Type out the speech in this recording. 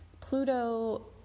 Pluto